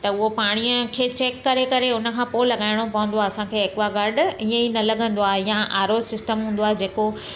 त उहा पाणीअ खे चैक करे करे उन खां पोइ लॻाइणो पोंदो आहे असांखे ऐक्वागाड ईंअ ई न लॻंदो आहे या आरो सिस्टम हूंदो आहे जेको